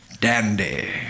Dandy